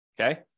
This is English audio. Okay